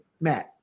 Matt